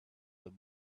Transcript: the